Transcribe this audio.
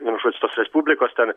vienu žodž tos respublikos ten